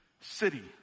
city